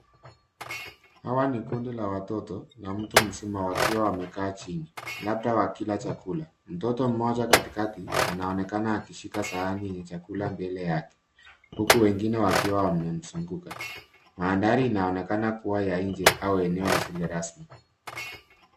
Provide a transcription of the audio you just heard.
Hawa ni kundi la watoto na mtu mzima wakiwa wamekaa chini labda wakila chakula. Mtoto mmoja katikati anaonekana akishika sahani yenye chakula mbele yake huku wengine wakiwa wamemzunguka. mandhari inaonekana kuwa ya nje au eneo lisilo rasmi.